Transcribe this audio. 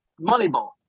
Moneyball